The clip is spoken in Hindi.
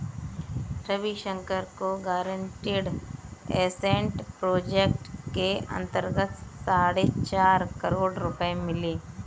रविशंकर को गारंटीड एसेट प्रोटेक्शन के अंतर्गत साढ़े चार करोड़ रुपये मिले